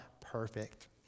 perfect